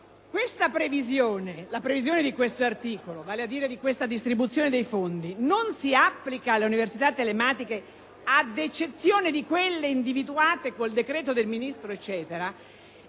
si dica che la previsione di quest'articolo, vale a dire della distribuzione dei fondi, non si applica alle università telematiche ad eccezione di quelle individuate con decreto del Ministro, e così